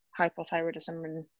hypothyroidism